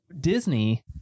Disney